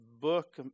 book